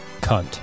CUNT